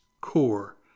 core